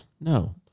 No